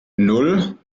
nan